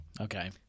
Okay